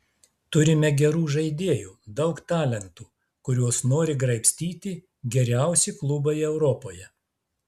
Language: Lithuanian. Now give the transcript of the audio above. turime gerų žaidėjų daug talentų kuriuos nori graibstyti geriausi klubai europoje